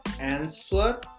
answer